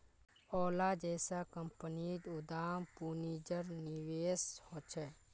ओला जैसा कम्पनीत उद्दाम पून्जिर निवेश होछे